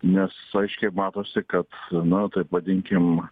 nes aiškiai matosi kad nu taip vadinkim